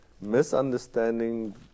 misunderstanding